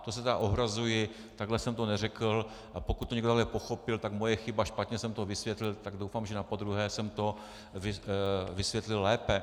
To se tedy ohrazuji, takhle jsem to neřekl, a pokud to někdo takhle pochopil, tak moje chyba, špatně jsem to vysvětlil, tak doufám, že napodruhé jsem to vysvětlil lépe.